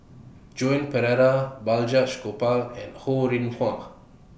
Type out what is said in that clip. Joan Pereira Balraj Gopal and Ho Rih Hwa